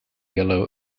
yellow